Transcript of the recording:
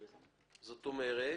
זאת אומרת,